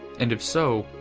and, if so,